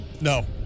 No